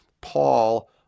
Paul